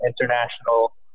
international